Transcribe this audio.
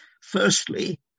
Firstly